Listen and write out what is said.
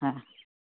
ᱦᱮᱸ